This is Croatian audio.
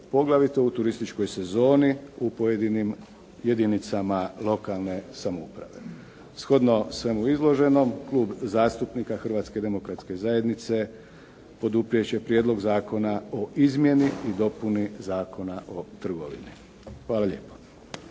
poglavito u turističkoj sezoni u pojedinim jedinicama lokalne samouprave. Shodno svemu izloženom, Klub zastupnika Hrvatske demokratske zajednice, poduprijeti će Prijedlog zakona o izmjeni i dopuni Zakona o trgovini. Hvala lijepo.